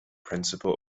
principal